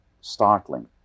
startling